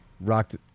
rocked